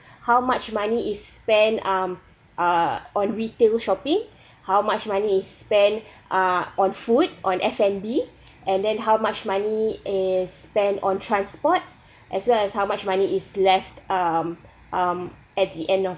how much money is spent um uh on retail shopping how much money is spent uh on food on f and b and then how much money is spent on transport as well as how much money is left um um at the end of